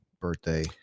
birthday